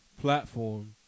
platform